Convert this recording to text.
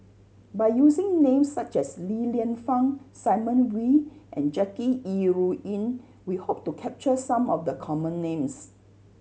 by using names such as Li Lienfung Simon Wee and Jackie Yi Ru Ying we hope to capture some of the common names